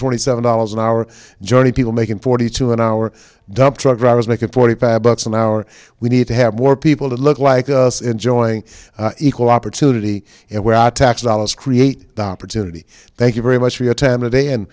twenty seven dollars an hour journey people making forty two an hour dump truck drivers make it forty five bucks an hour we need to have more people to look like us enjoying equal opportunity and where our tax dollars create opportunity thank you very much for your time today and